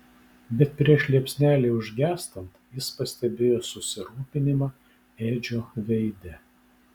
bet prieš liepsnelei užgęstant jis pastebėjo susirūpinimą edžio veide